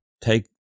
take